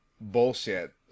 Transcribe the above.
bullshit